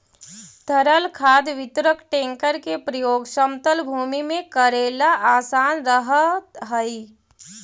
तरल खाद वितरक टेंकर के प्रयोग समतल भूमि में कऽरेला असान रहऽ हई